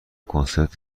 کنسرت